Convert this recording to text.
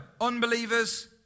unbelievers